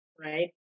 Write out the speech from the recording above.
right